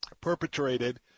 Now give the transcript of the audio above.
perpetrated